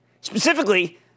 Specifically